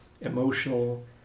emotional